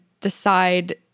decide